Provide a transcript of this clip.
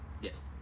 Yes